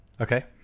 Okay